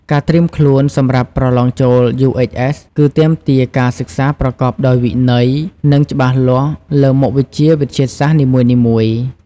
ការត្រៀមខ្លួនសម្រាប់ប្រទ្បងចូល UHS គឺទាមទារការសិក្សាប្រកបដោយវិន័យ និងច្បាស់លាស់លើមុខវិជ្ជាវិទ្យាសាស្ត្រនីមួយៗ។